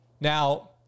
Now